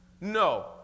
No